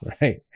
right